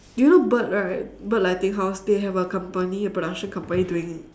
do you know bert right bert lighting house they have a company production company doing